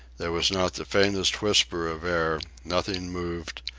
there was not the faintest whisper of air nothing moved,